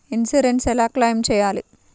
Insurance ఎలా claim చేయాలి?